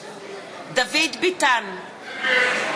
(קוראת בשמות חברי הכנסת) דוד ביטן, נגד